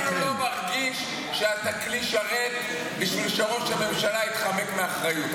אתה אפילו לא מרגיש שאתה כלי שרת בשביל שראש הממשלה יתחמק מאחריות.